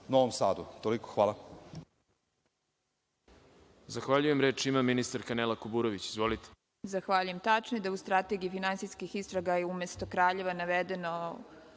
Novom Sadu. Toliko. Hvala.